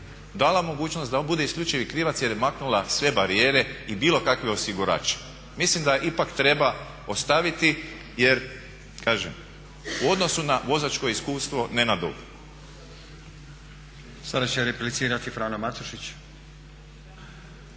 dala mogućnost da bude isključivi krivac je maknula sve barijere i bilo kakav osigurač. Mislim da ipak treba ostaviti jer kažem u odnosu na vozačko iskustvo ne na dugo. **Stazić, Nenad (SDP)** Sada će replicirati Frano Matušić.